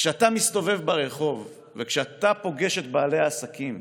כשאתה מסתובב ברחוב, כשאתה פוגש את בעלי העסקים,